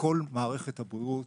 שכל מערכת הבריאות